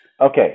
Okay